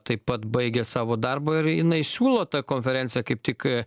taip pat baigė savo darbą ir jinai siūlo tą konferenciją kaip tik